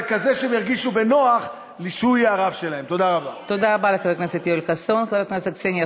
אגב, אני גם יודע מי היה הרב הראשי הקודם, ואני